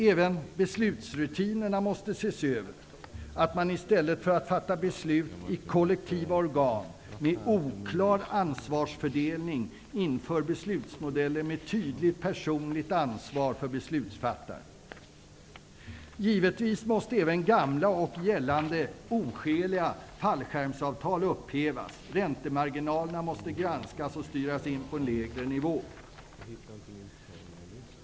Även beslutsrutinerna måste ses över så att man i stället för att fatta beslut i kollektiva organ med oklar ansvarsfördelning inför beslutsmodeller med tydligt personligt ansvar för beslutsfattaren. Givetvis måste även gällande gamla och oskäliga fallskärmsavtal upphävas. Räntemarginalerna måste granskas och styras in på en lägre nivå.